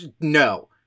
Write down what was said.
no